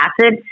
acid